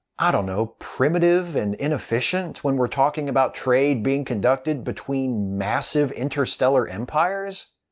i dunno, primitive and inefficient when we're talking about trade being conducted between massive interstellar empires?